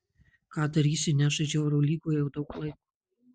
ką darysi nežaidžiau eurolygoje jau daug laiko